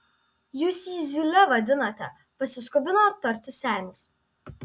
jūs jį zyle vadinate pasiskubino tarti senis